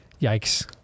Yikes